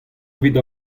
evit